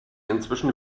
inzwischen